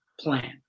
plan